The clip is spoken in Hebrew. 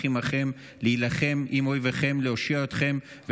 עמכם להלחם עם איביכם להושיע אתכם'.